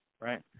Right